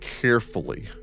carefully